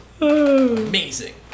Amazing